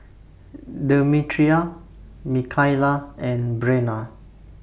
Demetria Mikaila and Brenna